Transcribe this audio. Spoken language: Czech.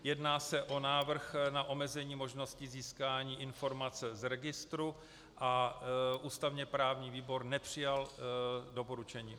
Jedná se o návrh na omezení možnosti získání informace z registru a ústavněprávní výbor nepřijal doporučení.